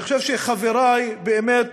אני חושב שחברי באמת